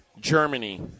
Germany